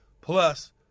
plus